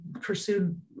pursued